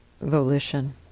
volition